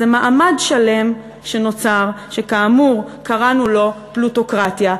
זה מעמד שלם, שנוצר, שכאמור קראנו לו פלוטוקרטיה.